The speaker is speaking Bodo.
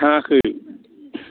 थाङाखै